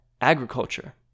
agriculture